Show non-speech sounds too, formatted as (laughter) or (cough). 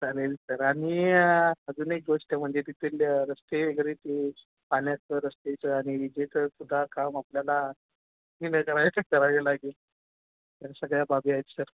चालेल सर आणि या आधुनिक गोष्ट म्हणजे तिथले रस्ते वगैरे ते पाण्याचं रस्तेचं आणि विजेचंसुद्धा काम आपल्याला (unintelligible) करावे लागेल या सगळ्या बाबी आहेत सर